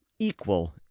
equal